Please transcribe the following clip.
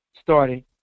starting